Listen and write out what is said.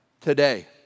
today